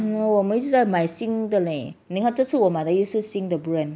!hannor! 我们一直在买新的 leh 你看这次我买的又是新的